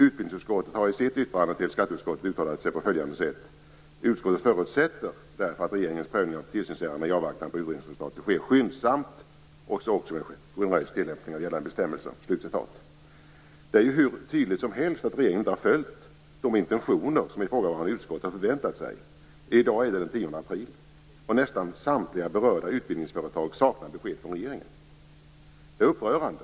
Utbildningsutskottet har i sitt yttrande till skatteutskottet uttalat sig på följande sätt: "Utskottet förutsätter därför att regeringens prövning av tillsynsärenden i avvaktan på utredningsresultatet sker skyndsamt och med generös tillämpning av gällande bestämmelser." Det är hur tydligt som helst att regeringen inte har följt de intentioner som ifrågavarande utskott har förväntat sig. I dag är det den 10 april, och nästan samtliga berörda utbildningsföretag saknar besked från regeringen. Det är upprörande!